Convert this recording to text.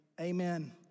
amen